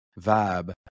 vibe